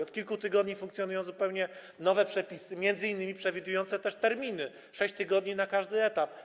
Od kilku tygodni funkcjonują zupełnie nowe przepisy, m.in. przewidujące też terminy - 6 tygodni na każdy etap.